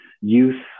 youth